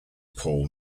paul